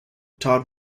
todd